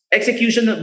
Execution